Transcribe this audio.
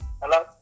Hello